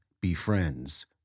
befriends